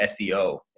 SEO